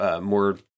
more